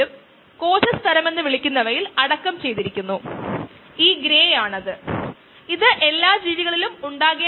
dxxμdt ln x μtc നമുക്ക് ഇവിടെ initial condition ഉണ്ട് അത് നമ്മൾ c കണക്കു കൂട്ടാൻ ഉപയോഗിക്കുന്നു